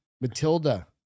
Matilda